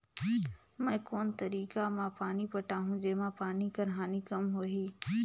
मैं कोन तरीका म पानी पटाहूं जेमा पानी कर हानि कम होही?